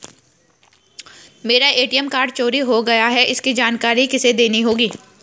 मेरा ATM card चोरी हो गया है इसकी जानकारी किसे देनी होगी?